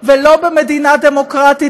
ולא במדינה דמוקרטית.